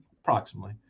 approximately